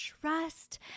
trust